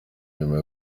nyuma